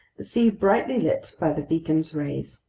the sea brightly lit by the beacon's rays.